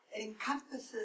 encompasses